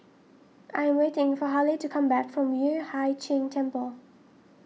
I am waiting for Halle to come back from Yueh Hai Ching Temple